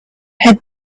had